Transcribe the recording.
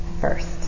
first